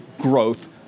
growth